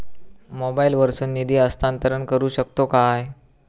मोबाईला वर्सून निधी हस्तांतरण करू शकतो काय?